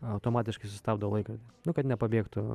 automatiškai sustabdo laiką nu kad nepabėgtų